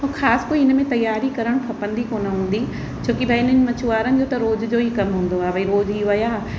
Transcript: और ख़ासि कोई हिनमें तयारी करणु खपंदी कोन्ह हूंदी छो की भई हिननि मछुवारनि जो त रोज जो ई कमु हूंदो आहे भई रोज ई विया